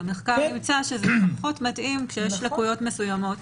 המחקר אומר שזה פחות מתאים כשיש לקויות מסוימות,